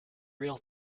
real